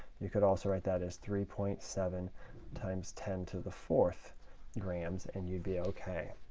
you could also write that as three point seven times ten to the fourth grams and you'd be ok.